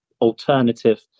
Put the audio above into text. alternative